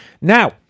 Now